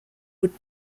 would